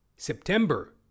September